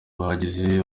bagize